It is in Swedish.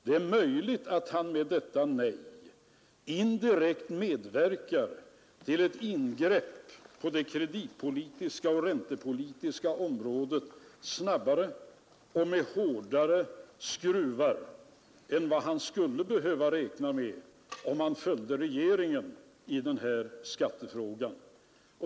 Det är möjligt att han med detta nej indirekt medverkar till ett ingrepp på det kreditpolitiska och näringspolitiska området snabbare och med hårdare skruvar än vad han skulle behöva räkna med, om han följde regeringen i den här skattefrågan.